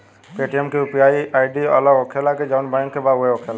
Paytm के UPI ID अलग होखेला की जाऊन बैंक के बा उहे होखेला?